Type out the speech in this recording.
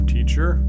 Teacher